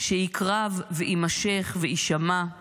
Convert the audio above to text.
שיקרב ויימשך ויישמע /